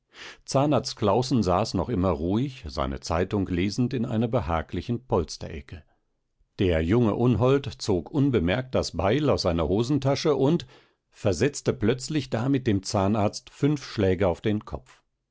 zahnarzt claußen saß noch immer ruhig seine zeitung lesend in einer behaglichen polsterecke der junge unhold zog unbemerkt das beil aus seiner hosentasche und versetzte plötzlich damit dem zahnarzt fünf schläge auf den kopf